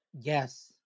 Yes